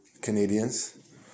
Canadians